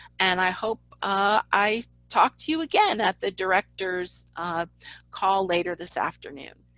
and i hope i talk to you again at the directors call later this afternoon.